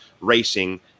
racing